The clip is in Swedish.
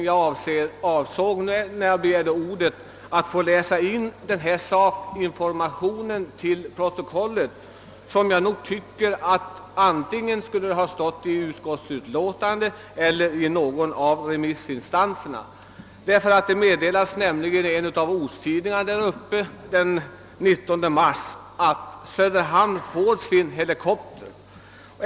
Jag vill till protokollet läsa in en sakinformation som jag nog tycker borde ha stått antingen i utskottsutlåtandet eller i något av remissyttrandena. Det meddelades nämligen i en av ortstidningarna där uppe den 19 mars att Söderhamn får sina helikoptrar.